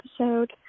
episode